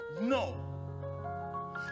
No